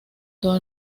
todo